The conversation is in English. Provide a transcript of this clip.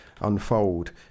unfold